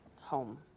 home